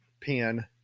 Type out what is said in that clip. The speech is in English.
pen